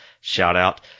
Shout-out